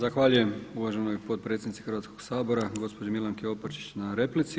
Zahvaljujem uvaženoj potpredsjednici Hrvatskog sabora gospođi Milanki Opačić na replici.